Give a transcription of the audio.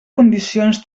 condicions